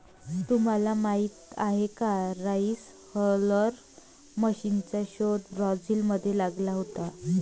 तुम्हाला माहीत आहे का राइस हलर मशीनचा शोध ब्राझील मध्ये लागला होता